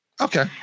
Okay